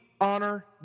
honor